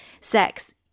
sex